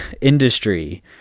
industry